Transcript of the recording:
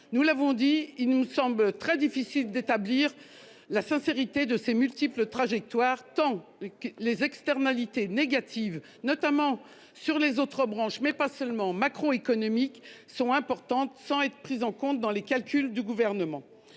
Nous l'avons dit, il nous semble très difficile d'établir la sincérité de ces multiples trajectoires, tant les externalités négatives, notamment sur les autres branches, mais aussi macroéconomiques, sont importantes, sans être prises en compte dans les calculs du Gouvernement.